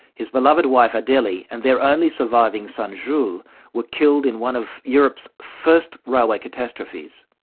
his beloved wife adelie and their only surviving son jules were killed in one of europe's first railway catastrophes.